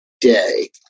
day